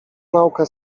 nauka